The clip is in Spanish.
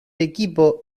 equipo